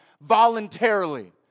voluntarily